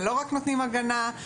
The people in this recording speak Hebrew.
ולא רק נותנים הגנה,